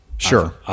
Sure